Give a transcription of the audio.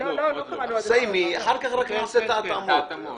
תסיימי ואחר כך נעשה את ההתאמות.